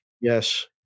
Yes